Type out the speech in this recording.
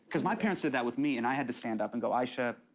cause my parents did that with me and i had to stand up and go, ayesha,